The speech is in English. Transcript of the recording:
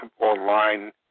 online